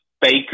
Baker